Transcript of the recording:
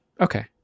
Okay